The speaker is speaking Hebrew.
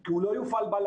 כי הוא לא יפעל בלילה,